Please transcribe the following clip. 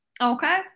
okay